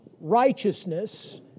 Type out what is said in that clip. righteousness